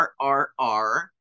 RRR